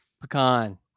Pecan